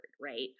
right